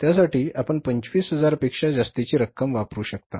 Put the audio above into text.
त्यासाठी आपण 25000 पेक्षा जास्तीची रक्कम वापरू शकता